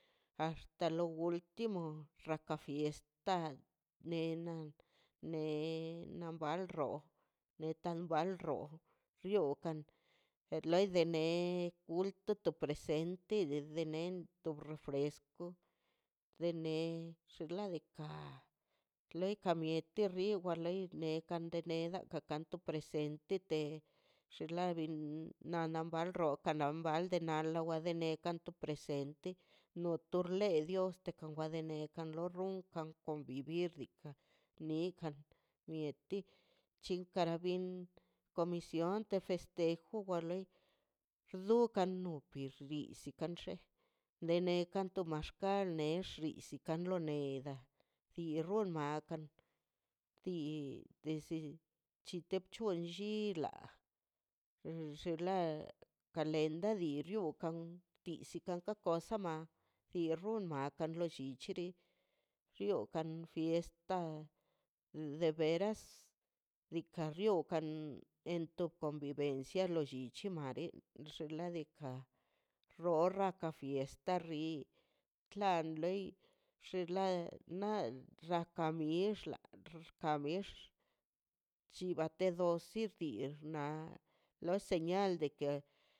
Hasta lo ultimo rraka fiset nena nena neta wan ro yookan te loi te nei kulto te presente de nentebr fresco rene xinladika loi kamieti ri wa lei ne kan de neza kan to presente xin ladin nana bal ronka mbalde na lo agua de neka to presente no torlendotekz ka wakan le neda konvivir di nikan mieti chinkara bin comisión de festejo war loi xnukan nurpin xbizkin kan xe de ne to kan to maxkal nex bixkin kan lo neda tu ruun nada dii zi chute pchun la xinla kalenda dii zsin kosa ma du rrun kan lolli chiri rriokan fiesta de veras diikaꞌ riokan en to convivencia lo llichi mare xinladika rro rraka fiesta dii klan loi xinla na rra kamix la xka bex chibate xos xsi dii xnaꞌ lo señal de ke.